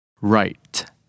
Right